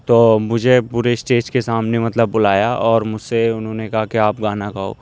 تو مجھے پورے اسٹیج کے سامنے مطلب بلایا اور مجھ سے انہوں نے کہا کہ آپ گانا گاؤ